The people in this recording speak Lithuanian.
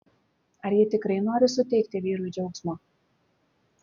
ar ji tikrai nori suteikti vyrui džiaugsmo